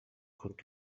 could